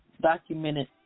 documented